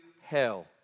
hell